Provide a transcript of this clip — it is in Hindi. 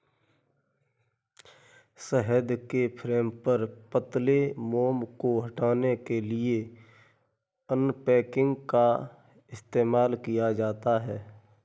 शहद के फ्रेम पर पतले मोम को हटाने के लिए अनकैपिंग का इस्तेमाल किया जाता है